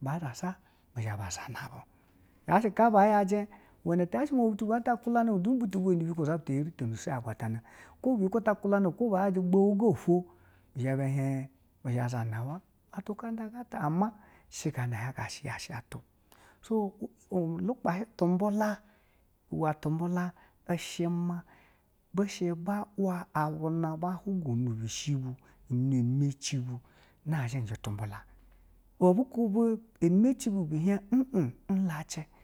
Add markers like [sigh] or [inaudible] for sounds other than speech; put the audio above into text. ba zha shi bu zha ba zhana bu, ya shi ga ba yaji iwene ti yashi ma butu bweyi at kulana na bu bwenyi du butu bweyi na bi yikwo zha butu yeri teni she yi agwatana, kwo biyikwa kulani bu kwo baji ugbou ga ba ofo bi zha ba hen ba zha ba zhena wa. [unintelligible] amma shi ngana yashi yasha tu so u. Lugbashi tubula, iwe tubula i shi ma ba wa abuna ba hin ga unu bishi bu unu ɛmeci bu nazhi je tubula.